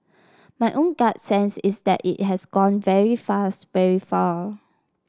my own gut sense is that it has gone very fast very far